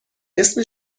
اسم